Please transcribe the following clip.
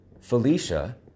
Felicia